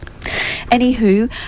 Anywho